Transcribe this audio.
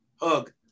Hug